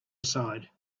aside